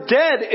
dead